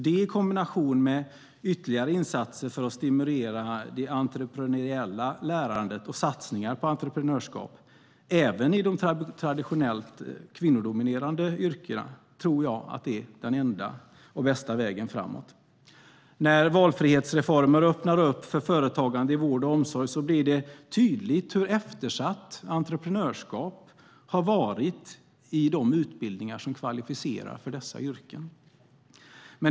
Det i kombination med ytterligare insatser för att stimulera det entreprenöriella lärandet och satsningar på entreprenörskap, även i de traditionellt kvinnodominerade yrkena, tror jag är den bästa och enda vägen framåt. När valfrihetsreformer öppnar upp för företagande i vård och omsorg blir det tydligt hur eftersatt entreprenörskapet varit i de utbildningar som kvalificerar till dessa yrken.